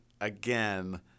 again